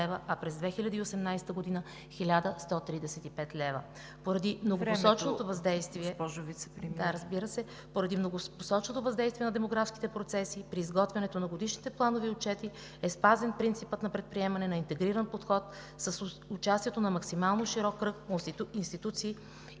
Да, разбира се. Поради многопосочното въздействие на демографските процеси при изготвянето на годишните планове и отчети е спазен принципът на предприемане на интегриран подход с участието на максимално широк кръг институции и